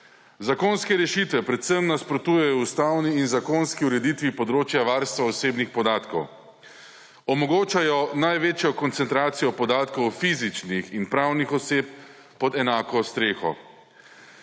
Zakonske rešitve predvsem nasprotujejo ustavni in zakonski ureditvi področja varstva osebnih podatkov. Omogočajo največjo koncentracijo podatkov fizičnih in pravnih oseb pod enako streho.